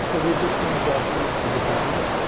so with this song they are coming to the barn,